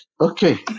okay